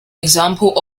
example